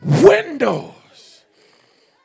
windows